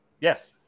Yes